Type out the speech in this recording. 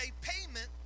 payment